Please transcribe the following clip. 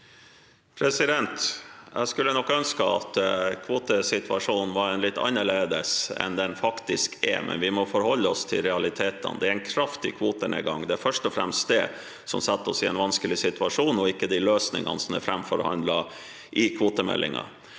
Jeg skulle nok ønske at kvotesituasjonen var litt annerledes enn den faktisk er, men vi må forholde oss til realitetene. Det er en kraftig kvotenedgang. Det er først og fremst det som setter oss i en vanskelig situasjon, ikke de løsningene som er framforhandlet i kvotemeldingen.